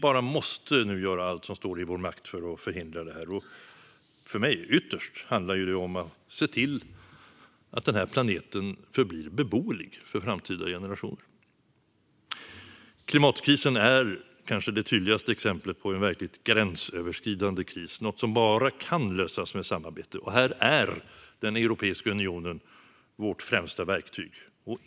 Nu måste vi göra allt som står i vår makt för att förhindra det här. För mig handlar det ytterst om att se till att den här planeten förblir beboelig för framtida generationer. Klimatkrisen är kanske det tydligaste exemplet på en verkligt gränsöverskridande kris som bara kan lösas med samarbete. Här är Europeiska unionen vårt främsta verktyg.